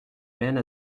laine